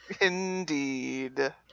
indeed